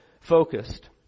focused